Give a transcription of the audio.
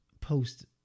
post